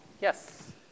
yes